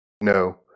no